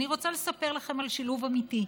אני רוצה לספר לכם על שילוב אמיתי,